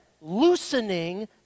loosening